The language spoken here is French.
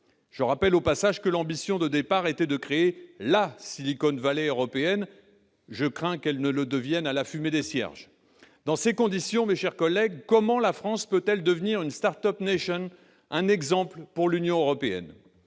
Je rappelle au passage que l'ambition de départ était de créer « la » Silicon Valley européenne ... Je crains qu'elle ne le devienne à la fumée des cierges ! Dans ces conditions, mes chers collègues, comment la France peut-elle devenir une, un exemple pour l'Union européenne ?